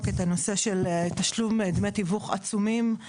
את נושא דמי התשלום של דמי התיווך העצומים,